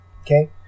Okay